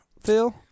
Phil